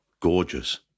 Gorgeous